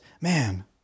man